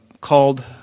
called